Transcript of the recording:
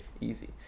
Easy